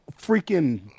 freaking